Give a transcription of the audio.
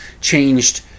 changed